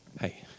hey